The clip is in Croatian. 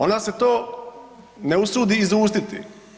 Ona se to ne usudi izustiti.